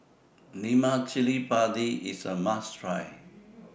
Lemak Cili Padi IS A must Try